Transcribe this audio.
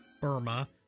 Burma